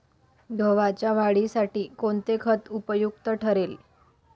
गव्हाच्या वाढीसाठी कोणते खत उपयुक्त ठरेल?